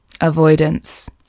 Avoidance